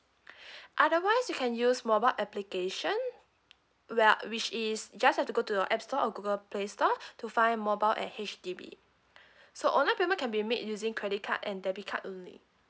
otherwise you can use mobile application where which is you just have to go to the A_P_P store or google play store to find mobile at H_D_B so online payment can be made using credit card and debit card only